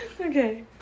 Okay